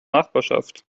nachbarschaft